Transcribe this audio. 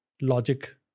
logic